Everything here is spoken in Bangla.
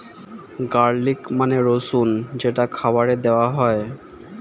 গার্লিক মানে রসুন যেটা খাবারে দেওয়া হয়